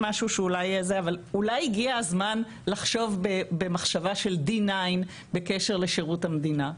אולי הגיע הזמן לחשוב במחשבה של דיניין בקשר לשירות המדינה.